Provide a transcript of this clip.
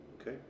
Okay